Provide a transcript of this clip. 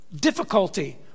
Difficulty